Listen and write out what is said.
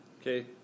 Okay